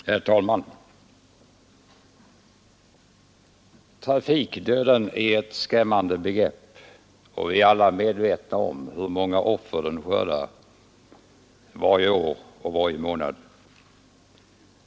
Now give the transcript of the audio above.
Herr talman! Trafikdöden är ett skrämmande begrepp, och vi är alla medvetna om hur många offer den skördar varje år och varje månad.